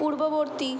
পূর্ববর্তী